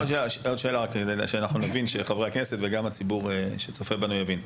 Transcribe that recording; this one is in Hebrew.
כדי שאנחנו וחברי הכנסת נבין וגם הציבור שצופה בנו יבין.